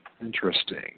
Interesting